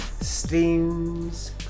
Steams